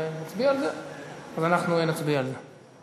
אז אנחנו נצביע על זה.